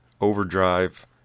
Overdrive